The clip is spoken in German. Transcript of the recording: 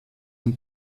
den